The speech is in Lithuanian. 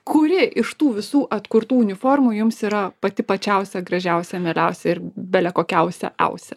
kuri iš tų visų atkurtų uniformų jums yra pati pačiausia gražiausia mieliausia ir belekokiausia iausia